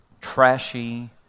trashy